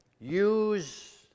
use